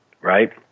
right